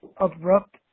abrupt